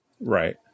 Right